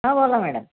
हां बोला मॅडम